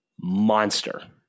monster